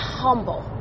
humble